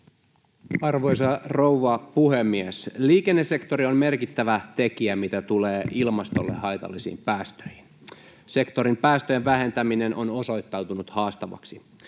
Arvoisa rouva puhemies! Liikennesektori on merkittävä tekijä, mitä tulee ilmastolle haitallisiin päästöihin. Sektorin päästöjen vähentäminen on osoittautunut haastavaksi.